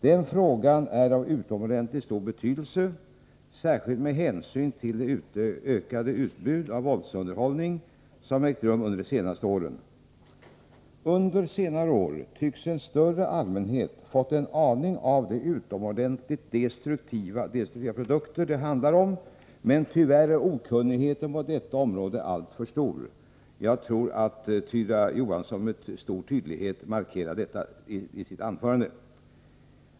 Den frågan är av utomordentligt stor betydelse, särskilt med hänsyn till det ökade utbud av våldsunderhållning som vi fått under de senaste åren. Under senare år tycks en större allmänhet ha fått en aning om de utomordentligt destruktiva produkter det handlar om, men tyvärr är okunnigheten på detta område alltför stor. Tyra Johansson markerade med stor tydlighet detta i sitt anförande.